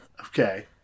Okay